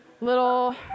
little